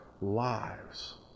lives